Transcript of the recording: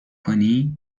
کنی